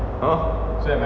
!huh!